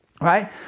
Right